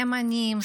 ימנים,